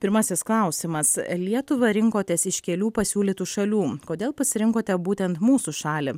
pirmasis klausimas lietuvą rinkotės iš kelių pasiūlytų šalių kodėl pasirinkote būtent mūsų šalį